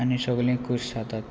आनी सगळीं खूश जातात